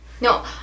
No